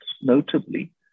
notably